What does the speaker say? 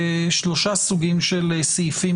שלושה סוגים של סעיפים,